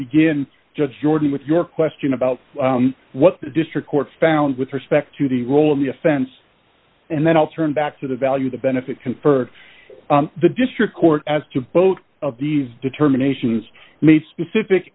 begin just jordan with your question about what the district court found with respect to the role of the offense and then i'll turn back to the value the benefit conferred the district court as to both of these determinations made specific